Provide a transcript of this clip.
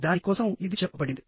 దాని కోసం ఇది చెప్పబడింది